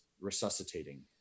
resuscitating